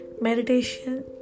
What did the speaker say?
Meditation